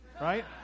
right